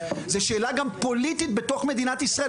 זו שאלה גם פוליטית בתוך מדינת ישראל.